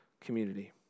community